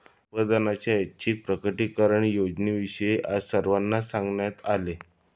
उत्पन्नाच्या ऐच्छिक प्रकटीकरण योजनेविषयी आज सर्वांना सांगण्यात आले